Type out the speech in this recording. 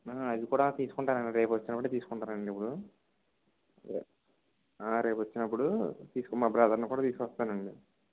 అవి కూడా తీసుకుంటాను అండి రేపు వచ్చినప్పుడే తీసుకుంటాము అండి అప్పుడు రేపు వచ్చినప్పుడు తీసుకుంటామని మా బ్రదర్ని కూడా తీసుకొస్తానండి